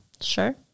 Sure